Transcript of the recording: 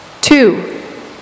Two